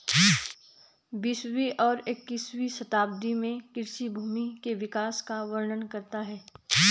बीसवीं और इक्कीसवीं शताब्दी में कृषि भूमि के विकास का वर्णन करता है